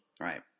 Right